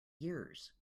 years